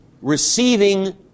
receiving